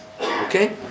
okay